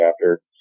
chapter